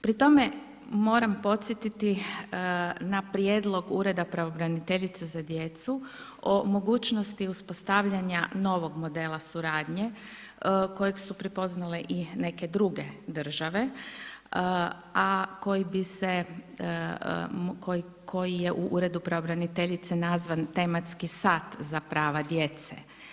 Pri tome, moram podsjetiti na prijedlog Ureda pravobraniteljice za djecu, o mogućnosti uspostavljanja novog modela suradnje, kojeg su prepoznale i neke druge države, a koji bi se, koji je u Uredu pravobraniteljice nazvan tematski sat za prava djece.